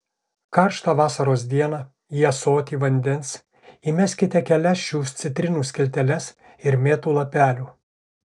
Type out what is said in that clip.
karštą vasaros dieną į ąsotį vandens įmeskite kelias šių citrinų skilteles ir mėtų lapelių